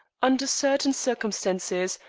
under certain circumstances,